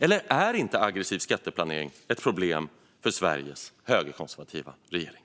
Eller är aggressiv skatteplanering inget problem för Sveriges högerkonservativa regering?